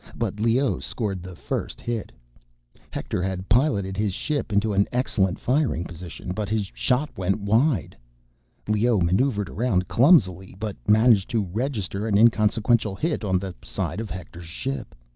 but leoh scored the first hit hector had piloted his ship into an excellent firing position, but his shot went wide leoh maneuvered around clumsily, but managed to register an inconsequential hit on the side of hector's ship.